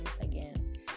again